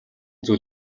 зүйл